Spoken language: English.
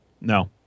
No